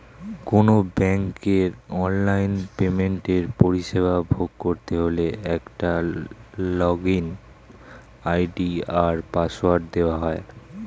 কোনো ব্যাংকের অনলাইন পেমেন্টের পরিষেবা ভোগ করতে হলে একটা লগইন আই.ডি আর পাসওয়ার্ড দেওয়া হয়